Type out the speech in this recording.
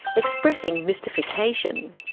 expressing mystification.